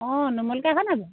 অঁ নুমলীকাই হয় নাই বাৰু